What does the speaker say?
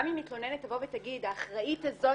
גם אם מתלוננת תבוא ותגיד, האחראית הזאת